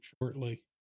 shortly